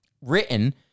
written